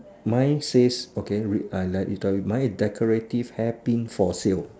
mine says okay read I like is story mine is decorative hair pin for sale